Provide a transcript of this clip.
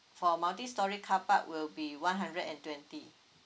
for multistorey car park will be one hundred and twenty